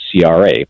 cra